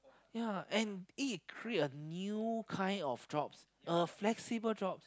ya and it create a new kind of jobs a flexible jobs